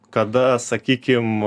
kada sakykim